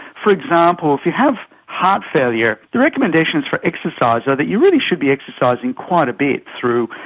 for example, if you have heart failure the recommendations for exercise are that you really should be exercising quite a bit through,